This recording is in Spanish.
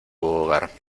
hogar